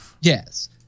Yes